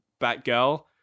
Batgirl